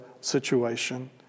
situation